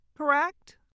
correct